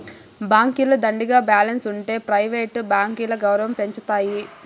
బాంకీల దండిగా బాలెన్స్ ఉంటె ప్రైవేట్ బాంకీల గౌరవం పెంచతాయి